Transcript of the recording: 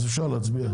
אז נצביע.